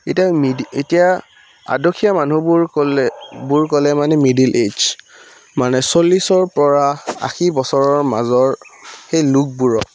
এতিয়া মিড এতিয়া আদহীয়া মানুহবোৰ ক'লেবোৰ ক'লে মানে মিডিল এইজ মানে চল্লিছৰপৰা আশী বছৰৰ মাজৰ সেই লোকবোৰত